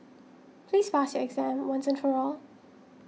please pass your exam once and for all